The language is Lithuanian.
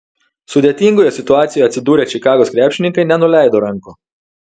sudėtingoje situacijoje atsidūrę čikagos krepšininkai nenuleido rankų